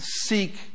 seek